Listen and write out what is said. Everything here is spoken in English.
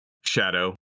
Shadow